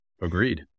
Agreed